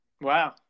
Wow